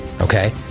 okay